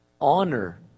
honor